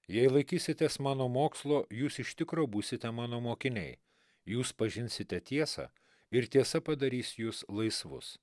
jei laikysitės mano mokslo jūs iš tikro būsite mano mokiniai jūs pažinsite tiesą ir tiesa padarys jus laisvus